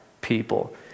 people